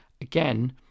Again